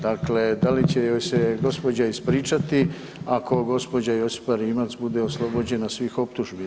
Dakle, da li će joj se gospođa ispričati ako gđa. Josipa Rimac bude oslobođena svih optužbi.